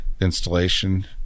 installation